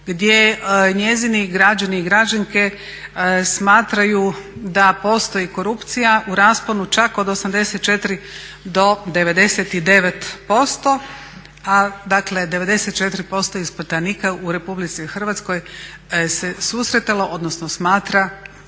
gdje njezini građani i građanke smatraju da postoji korupcija u rasponu čak od 84 do 99%, a dakle 94% ispitanika se susretalo odnosno smatra da